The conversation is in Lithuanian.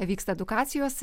vyksta edukacijos